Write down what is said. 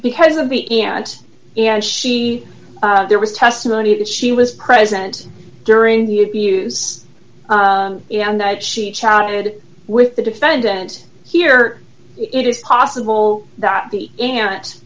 because of me and she there was testimony that she was present during the abuse and that she chatted with the defendant here it is possible that the aunt